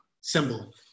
symbol